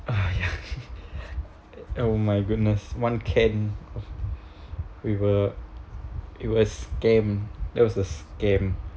ah ya oh my goodness one can we were we were scam that was a scam